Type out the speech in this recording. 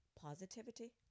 positivity